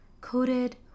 coated